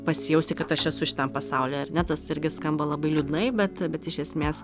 pasijausti kad aš esu šitam pasauly ar ne tas irgi skamba labai liūdnai bet bet iš esmės